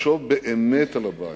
ולחשוב באמת על הבעיה.